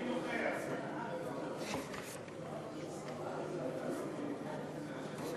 גברתי היושבת-ראש, חברי הכנסת, גברתי